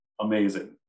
amazing